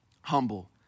humble